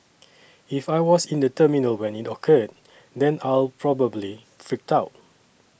if I was in the terminal when it occurred then I'll probably freak out